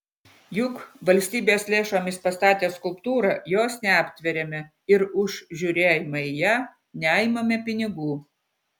juk valstybės lėšomis pastatę skulptūrą jos neaptveriame ir už žiūrėjimą į ją neimame pinigų